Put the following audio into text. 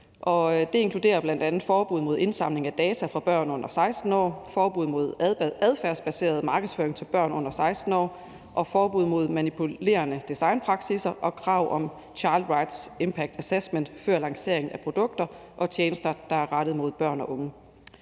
Det inkluderer bl.a. forbud mod indsamling af data fra børn under 16 år, forbud mod adfærdsbaseret markedsføring til børn under 16 år og forbud mod manipulerende designpraksisser og krav om Child Rights Impact Assessment før lanceringen af produkter og tjenester, der er rettet mod børn og unge.